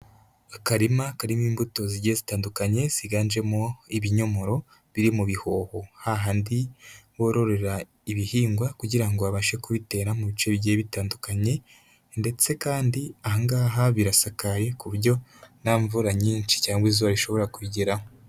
Akarima karimo imbuto zigiye zitandukanye ziganjemo ibinyomoro biri mu bihoho, ha handi bororera ibihingwa kugira ngo babashe kubitera mu bice bigiye bitandukanye ndetse kandi aha ngaha birasakaye ku buryo nta mvura nyinshi cyangwa izuba rishobora kubigeraho.